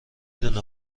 دونه